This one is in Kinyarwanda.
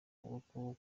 ukuboko